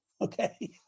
okay